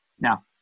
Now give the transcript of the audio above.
Now